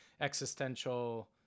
existential